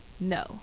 No